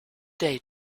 day